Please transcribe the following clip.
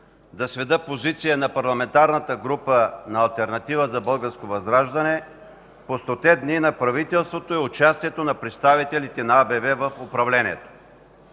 да сведа позиция на Парламентарната група на Алтернатива за Българско Възраждане по 100 дни на правителството и участието на представителите на АБВ в управлението.